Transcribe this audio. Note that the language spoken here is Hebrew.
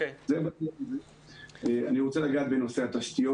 בעניין התשתיות